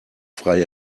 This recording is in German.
frei